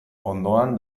ondoan